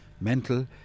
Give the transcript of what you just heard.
mental